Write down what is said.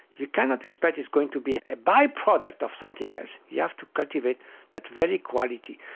you cannot expect it's going to be a byproduct of something else, you have to cultivate that very quality.